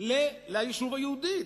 ליישוב היהודי.